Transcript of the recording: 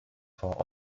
vor